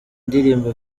indirimbo